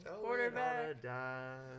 quarterback